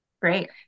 Great